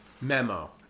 Memo